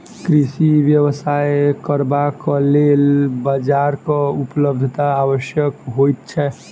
कृषि व्यवसाय करबाक लेल बाजारक उपलब्धता आवश्यक होइत छै